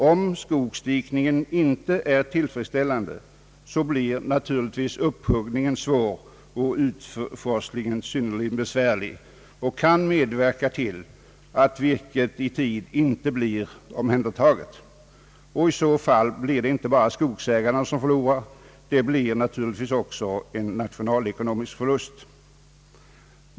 Om skogsdikningen inte är tillfredsställande blir upphuggningen svår och utforslingen synnerligen besvärlig, vilket kan medverka till att virket inte blir omhändertaget i tid. I så fall är det inte bara skogsägarna som förlorar; det blir naturligtvis också en nationalekonomisk förlust.